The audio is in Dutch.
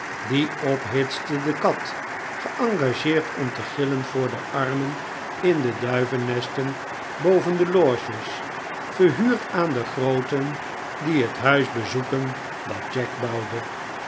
die ophitste de kat geengageerd om te gillen voor de armen in de duivennesten boven de loges verhuurd aan de grooten die het huis bezoeken dat jack bouwde